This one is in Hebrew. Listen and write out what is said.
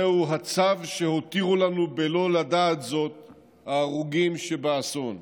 זהו הצו שהותירו לנו בלא לדעת זאת ההרוגים שבאסון.